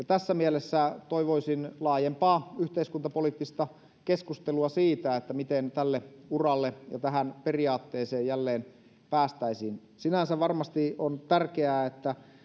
tässä mielessä toivoisin laajempaa yhteiskuntapoliittista keskustelua siitä miten tälle uralle ja tähän periaatteeseen jälleen päästäisiin sinänsä varmasti on tärkeää että